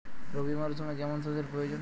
রবি মরশুমে কেমন সেচের প্রয়োজন?